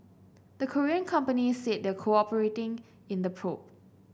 the Korean companies said they're cooperating in the probe